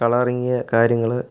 colouring കാര്യങ്ങൾ